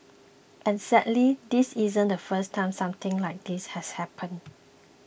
and sadly this isn't the first time something like this has happened